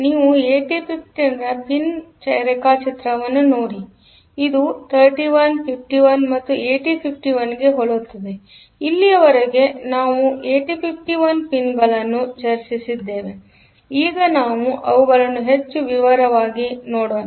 ಇದು 31 51 ಮತ್ತು 8951 ಗೆ ಹೋಲುತ್ತದೆಇಲ್ಲಿಯವರೆಗೆ ನಾವು 8051 ಪಿನ್ಗಳನ್ನು ಚರ್ಚಿಸಿದ್ದೇವೆಈಗ ನಾವು ಅವುಗಳನ್ನು ಹೆಚ್ಚು ವಿವರವಾಗಿ ನೋಡೋಣ